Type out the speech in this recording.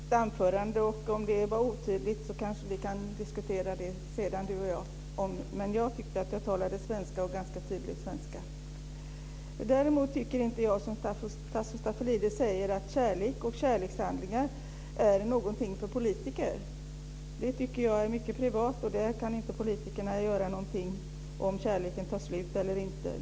Fru talman! Jag har redan gjort det i mitt anförande. Om det var otydligt kanske Tasso Stafilidis och jag kan diskutera det sedan. Jag tyckte att jag talade ganska tydlig svenska. Jag tycker inte, som Tasso Stafilidis säger, att kärlek och kärlekshandlingar är någonting för politiker. Det är mycket privat. Politikerna kan inte göra någonting om kärleken tar slut.